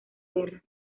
guerra